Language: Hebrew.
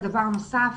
נוסף.